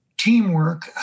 Teamwork